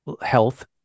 health